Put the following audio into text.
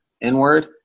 inward